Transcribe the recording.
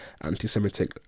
anti-Semitic